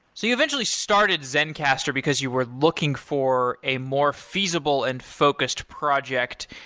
so you eventually started zencastr because you were looking for a more feasible and focused project.